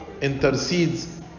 intercedes